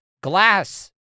Glass